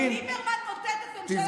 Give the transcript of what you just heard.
ליברמן מוטט את ממשלת הימין.